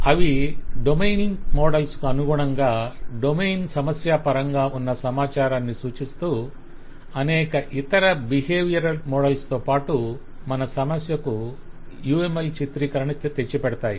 అవి domain models కు అనుగుణంగా డొమైన్ సమస్యాపరంగా ఉన్న సమాచారాన్ని సూచిస్తూ అనేక ఇతర బిహేవియరల్ మోడల్స్ తో పాటు మన సమస్య కు UML చిత్రీకరణ తెచ్చిపెడతాయి